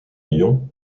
lyon